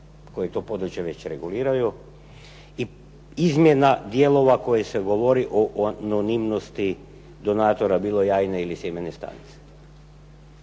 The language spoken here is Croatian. koji to područje već reguliraju i izmjena dijelova u kojoj se govori o anonimnosti donatora bilo jajne ili sjemene stanice.